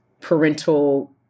parental